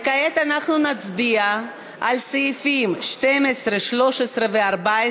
כעת אנחנו נצביע על סעיפים 12 14,